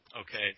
okay